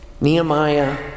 Nehemiah